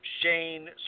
Shane